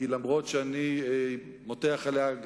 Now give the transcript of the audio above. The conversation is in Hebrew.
כי אף-על-פי שאני מותח עליה,